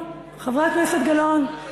חברת הכנסת גלאון,